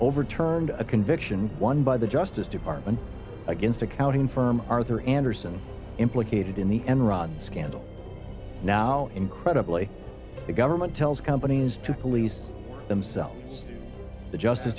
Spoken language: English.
overturned a conviction won by the justice department against accounting firm arthur andersen implicated in the enron scandal now incredibly the government tells companies to police themselves the justice